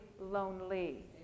lonely